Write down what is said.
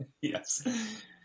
Yes